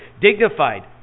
dignified